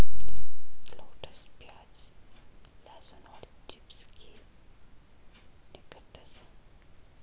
shallots प्याज, लहसुन और चिव्स से निकटता से संबंधित है